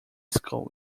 school